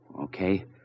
Okay